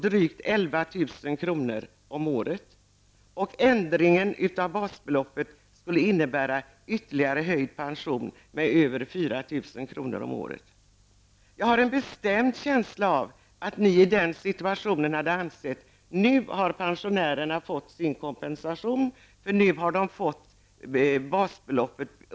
Det handlar om drygt 11 000 kr. om året. Jag har en bestämd känsla av att ni i den situationen skulle ha ansett att pensionärerna hade fått kompensation -- basbeloppet var ju beräknat fullt ut.